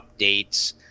updates